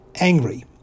angry